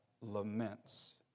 laments